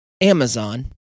Amazon